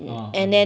oh okay